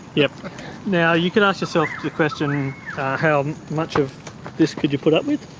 yeah now, you can ask yourself the question how much of this could you put up with?